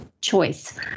choice